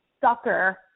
sucker